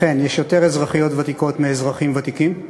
אכן, יש יותר אזרחיות ותיקות מאזרחים ותיקים,